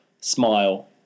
Smile